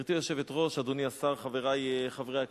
גברתי היושבת-ראש, אדוני השר, חברי חברי הכנסת,